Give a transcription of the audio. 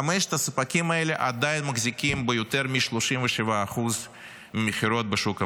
חמשת הספקים האלה עדיין מחזיקים ביותר מ-37% מהחברות בשוק המזון.